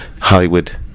Hollywood